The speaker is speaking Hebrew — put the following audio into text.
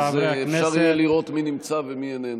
ואז אפשר יהיה לראות מי נמצא ומי איננו.